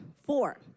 Four